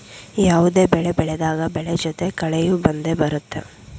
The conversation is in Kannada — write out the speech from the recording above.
ಯಾವುದೇ ಬೆಳೆ ಬೆಳೆದಾಗ ಬೆಳೆ ಜೊತೆ ಕಳೆಯೂ ಬಂದೆ ಬರುತ್ತೆ